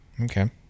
Okay